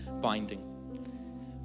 binding